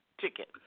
ticket